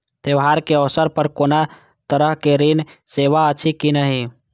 त्योहार के अवसर पर कोनो तरहक ऋण सेवा अछि कि नहिं?